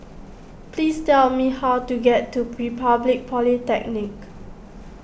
please tell me how to get to Republic Polytechnic